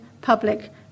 public